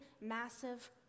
massive